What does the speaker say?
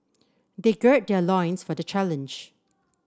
they gird their loins for the challenge